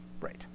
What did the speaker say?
Right